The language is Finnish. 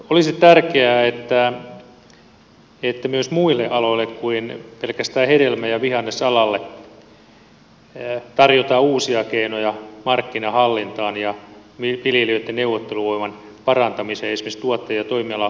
olisi tärkeää että myös muille aloille kuin pelkästään hedelmä ja vihannesalalle tarjotaan uusia keinoja markkinahallintaan ja viljelijöitten neuvotteluvoiman parantamiseen esimerkiksi tuottajatoimiala organisaatioitten kautta